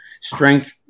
strength